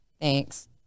Thanks